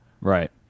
Right